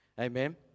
Amen